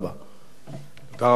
תודה רבה לך, גאלב מג'אדלה.